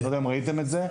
אני לא יודע אם ראיתם את זה,